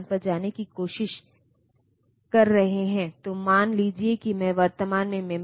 इस तरह के कुछ विशेष संकेत हैं रीड बार और राइट बार जो पढ़ने और लिखने के संचालन के लिए है